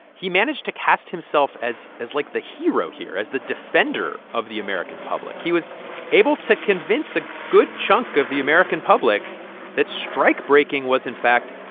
he managed to cast himself as, like, the hero here, as the defender of the american public. he was able to convince a good chunk of the american public that strikebreaking was, in fact,